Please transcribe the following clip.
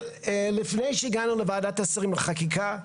לפני שהגענו לוועדת השרים לחקיקה,